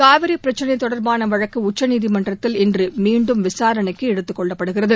காவிரி பிரச்சினை தொடர்பான வழக்கு உச்சநீதிமன்றத்தில் இன்று மீண்டும் விசாரணைக்கு எடுத்துக் கொள்ளப்படுகிறது